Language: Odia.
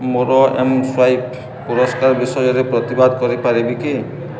ମୋର ଏମ୍ସ୍ୱାଇପ୍ ପୁରସ୍କାର ବିଷୟରେ ପ୍ରତିବାଦ କରିପାରିବି କି